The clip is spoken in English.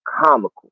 comical